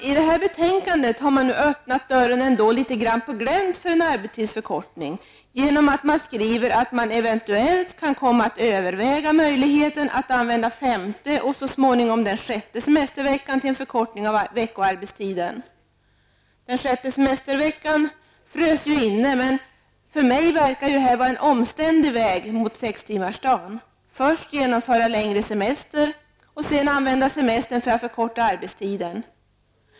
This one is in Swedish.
I det här betänkandet har man öppnat dörren litet grand på glänt för en arbetstidsförkortning genom att skriva att man eventuellt kan komma att överväga möjligheten att använda den femte och så småningom den sjätte semesterveckan till en förkortning av veckoarbetstiden. Den sjätte semesterveckan frös ju inne, men för mig verkar detta vara en omständlig väg mot sextimmarsdagen -- först genomföra längre semester och sedan använda semestern för att förkorta arbetstiden.